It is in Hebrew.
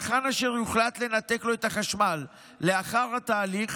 צרכן אשר יוחלט לנתק לו את החשמל לאחר התהליך